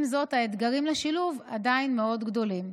עם זאת, האתגרים בשילוב עדיין מאוד גדולים.